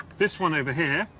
this one over here,